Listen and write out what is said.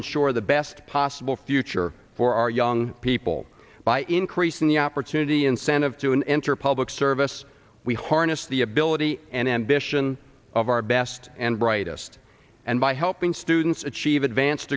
ensure the best possible future for our young people by increasing the opportunity incentive to enter public service we harness the ability and ambition of our best and brightest and by helping students achieve advanced